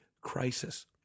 crisis